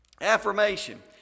Affirmation